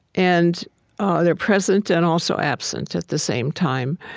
and ah they're present and also absent at the same time.